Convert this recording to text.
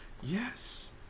Yes